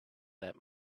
that